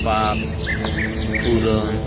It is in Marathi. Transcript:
पाक पुरण